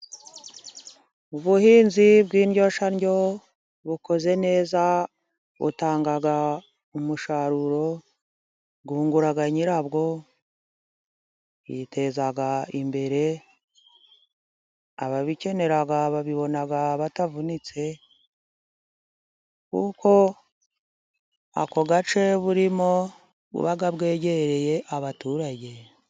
Ubuhinzi bw'indyoshyandyo butanga umusaruro, bwungura nyirabwo, yiteza imbere, ababikenera babibona batavunitse, kuko ako gace burimo buba bwegereye abaturage.